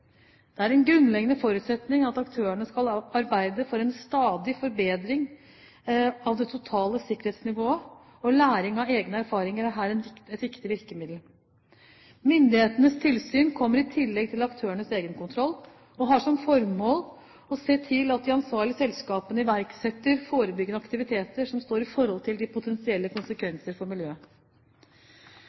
Det er en grunnleggende forutsetning at aktørene skal arbeide for en stadig forbedring av det totale sikkerhetsnivået, og læring av egne erfaringer er her et viktig virkemiddel. Myndighetenes tilsyn kommer i tillegg til aktørenes egenkontroll og har som formål å se til at de ansvarlige selskapene iverksetter forebyggende aktiviteter som står i forhold til de potensielle konsekvenser for miljøet.